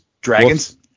dragons